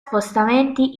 spostamenti